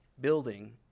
building